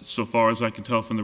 so far as i can tell from the